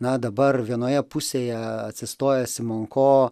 na dabar vienoje pusėje atsistoja simonko